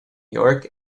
york